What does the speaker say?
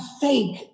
fake